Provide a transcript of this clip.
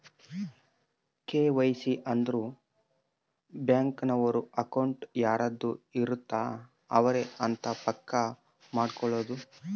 KYC ಅಂದ್ರ bank ನವರು account ಯಾರದ್ ಇರತ್ತ ಅವರೆ ಅಂತ ಪಕ್ಕ ಮಾಡ್ಕೊಳೋದು